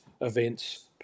events